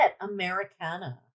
Americana